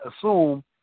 assume